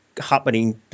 happening